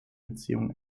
beziehung